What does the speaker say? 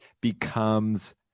becomes